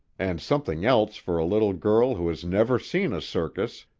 and something else for a little girl who has never seen a circus,